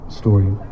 story